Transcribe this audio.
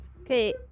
Okay